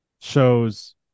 shows